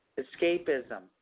escapism